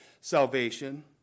salvation